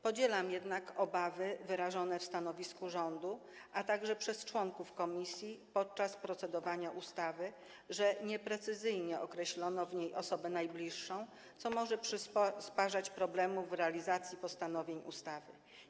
Podzielam jednak obawy wyrażone w stanowisku rządu, a także przez członków komisji podczas procedowania nad ustawą, że nieprecyzyjnie określono w niej osobę najbliższą, co może przysparzać problemów w realizacji postanowień ustawy.